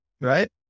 right